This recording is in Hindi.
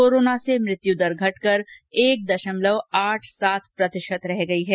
कोरोना से मृत्यु दर घटकर एक दशमलव आठ सात प्रतिशत रह गई है